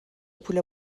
پول